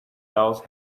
else